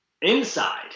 inside